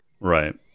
Right